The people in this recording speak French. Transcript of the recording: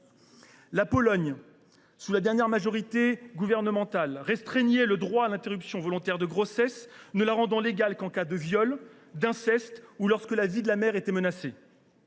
La Pologne, sous la dernière majorité gouvernementale, a restreint le droit à l’interruption volontaire de grossesse, ne rendant celle ci légale qu’en cas de viol ou d’inceste ou lorsque la vie de la mère est menacée.